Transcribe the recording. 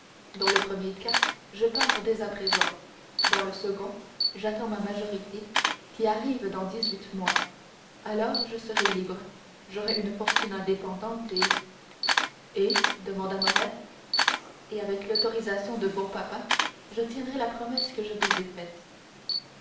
dans le premier cas je pars dès à présent dans le second j'attends ma majorité qui arrive dans dix-huit mois alors je serai libre j'aurai une fortune indépendante et et demanda morrel et avec l'autorisation de bon papa je tiendrai la promesse que je vous ai faite